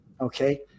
Okay